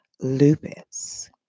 lupus